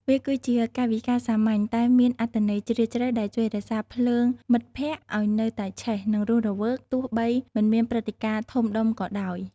វាគឺជាកាយវិការសាមញ្ញ តែមានអត្ថន័យជ្រាលជ្រៅ ដែលជួយរក្សាភ្លើងមិត្តភាពឲ្យនៅតែឆេះ និងរស់រវើក ទោះបីមិនមានព្រឹត្តិការណ៍ធំដុំក៏ដោយ។